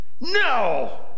No